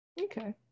Okay